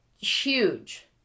huge